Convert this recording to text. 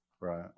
Right